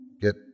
get